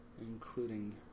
including